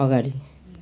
अगाडि